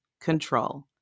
control